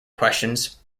questions